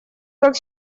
как